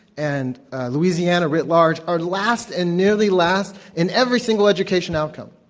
and louisiana writ large, are last and nearly last in every single education outcome.